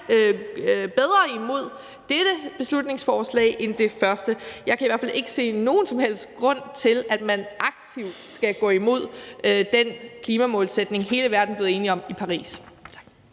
bedre imod dette beslutningsforslag end det forrige. Jeg kan i hvert fald ikke se nogen som helst grund til, at man aktivt skal gå imod den klimamålsætning, hele verden blev enige om i Paris.